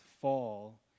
fall